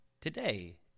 Today